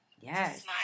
yes